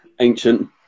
ancient